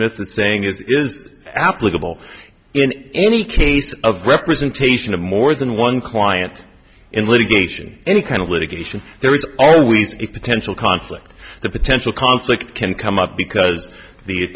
smith the saying is is applicable in any case of representation of more than one client in litigation any kind of litigation there is always a potential conflict the potential conflict can come up because the